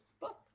book